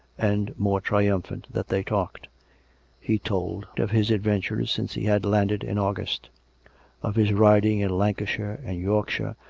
and more trium phant, that they talked he told of his adventures since he had landed in august of his riding in lancashire and yorkshire,